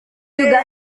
juga